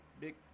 big